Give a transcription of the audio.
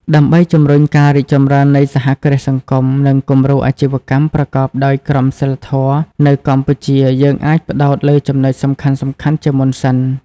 ដើម្បីជំរុញការរីកចម្រើននៃសហគ្រាសសង្គម និងគំរូអាជីវកម្មប្រកបដោយក្រមសីលធម៌នៅកម្ពុជា យើងអាចផ្តោតលើចំណុចសំខាន់ៗជាមុនសិន ។